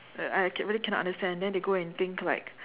uh I I can really cannot understand then they go and think like